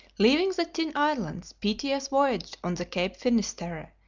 leaving the tin islands, pytheas voyaged on to cape finisterre,